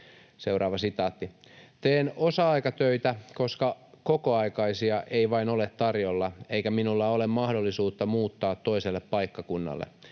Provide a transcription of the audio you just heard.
pahenisi.” ”Teen osa-aikatöitä, koska kokoaikaisia ei vain ole tarjolla, eikä minulla ole mahdollisuutta muuttaa toiselle paikkakunnalle.